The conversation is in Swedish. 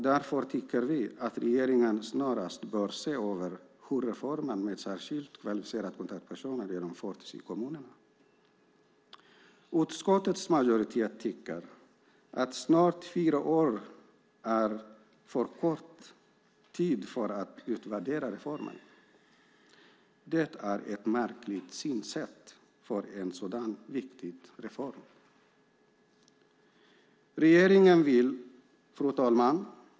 Därför tycker vi att regeringen snarast bör se över hur reformen med särskilt kvalificerade kontaktpersoner genomförts i kommunerna. Utskottets majoritet tycker att snart fyra år är för kort tid för att utvärdera reformen. Det är ett märkligt synsätt för en sådan viktig reform.